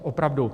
Opravdu.